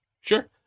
Sure